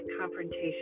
confrontation